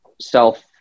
self